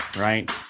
right